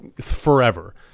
forever